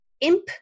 imp